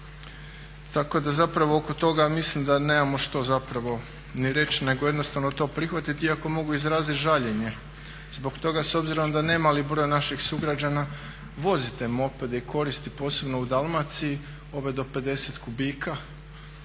Tako da zapravo oko toga mislim da nemamo što zapravo ni reći nego jednostavno to prihvatiti. Iako mogu izraziti žaljenje zbog toga s obzirom da nemali broj naših sugrađana vozi te mopede i koristi posebno u Dalmaciji ove do 50 kubika.